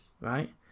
Right